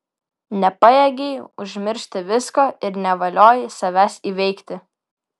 nepajėgei užmiršti visko ir nevaliojai savęs įveikti